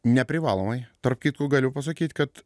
neprivalomai tarp kitko galiu pasakyt kad